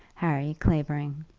harry clavering.